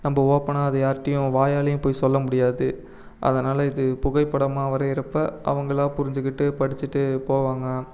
நம்ம ஓப்பனாக அதை யார்டேயும் வாயாலேயும் போய் சொல்ல முடியாது அதனால் இது புகைப்படமாக வரைகிறப்ப அவங்களா புரிஞ்சுக்கிட்டு படித்துட்டு போவாங்க